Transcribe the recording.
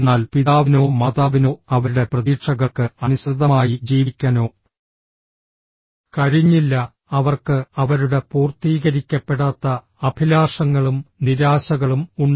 എന്നാൽ പിതാവിനോ മാതാവിനോ അവരുടെ പ്രതീക്ഷകൾക്ക് അനുസൃതമായി ജീവിക്കാനോ കഴിഞ്ഞില്ല അവർക്ക് അവരുടെ പൂർത്തീകരിക്കപ്പെടാത്ത അഭിലാഷങ്ങളും നിരാശകളും ഉണ്ട്